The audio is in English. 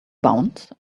bound